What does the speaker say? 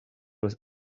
was